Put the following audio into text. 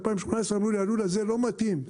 2018 אמרו לי שהלול הזה לא מתאים,